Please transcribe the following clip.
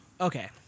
Okay